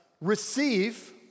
receive